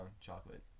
chocolate